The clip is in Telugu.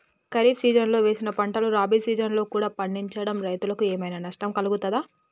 ఖరీఫ్ సీజన్లో వేసిన పంటలు రబీ సీజన్లో కూడా పండించడం రైతులకు ఏమైనా నష్టం కలుగుతదా?